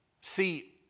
see